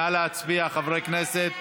נא להצביע, חברי הכנסת.